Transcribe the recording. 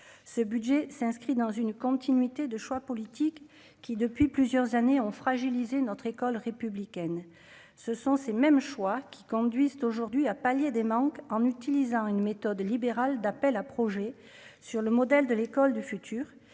ce budget s'inscrit dans une continuité de choix politiques qui, depuis plusieurs années ont fragilisé notre école républicaine, ce sont ces mêmes choix qui conduisent aujourd'hui à pallier des manques en utilisant une méthode libéral d'appels à projets sur le modèle de l'école du futur